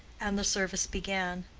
and the service began.